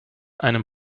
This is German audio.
einem